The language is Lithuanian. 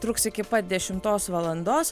truks iki pat dešimtos valandos